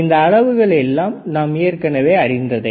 இந்த அலகுகள் எல்லாம் நாம் அறிந்ததே